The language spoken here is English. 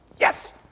yes